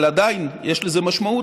אבל עדיין יש לזה משמעות,